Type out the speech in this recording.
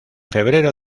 febrero